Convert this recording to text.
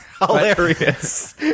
Hilarious